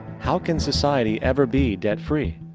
how can society ever be debt free?